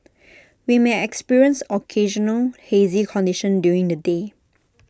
we may experience occasional hazy conditions during the day